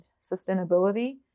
sustainability